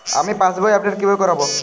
আমি পাসবই আপডেট কিভাবে করাব?